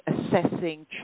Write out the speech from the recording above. assessing